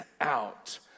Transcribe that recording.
out